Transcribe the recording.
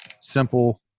simple